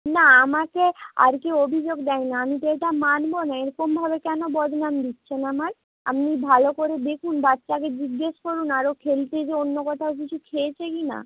না আমাকে আর কেউ অভিযোগ দেয় নি আমি তো এটা মানবো না এরকমভাবে কেন বদনাম দিচ্ছেন আমার আপনি ভালো করে দেখুন বাচ্চাকে জিজ্ঞেস করুন আরও খেলতে গিয়ে অন্য কোথাও কিছু খেয়েছে কি না